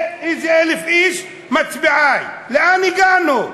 לאיזה 1,000 איש ממצביעיו, לאן הגענו?